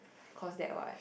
cause that what